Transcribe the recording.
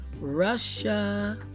Russia